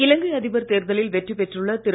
இலங்கை அதிபர் தேர்தலில் வெற்றி பெற்றுள்ள திரு